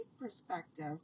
perspective